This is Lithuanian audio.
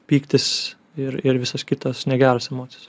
pyktis ir ir visas kitas negeras emocijas